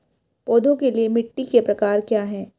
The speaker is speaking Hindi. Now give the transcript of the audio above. पौधों के लिए मिट्टी के प्रकार क्या हैं?